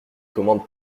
commande